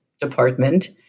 department